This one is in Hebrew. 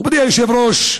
מכובדי היושב-ראש,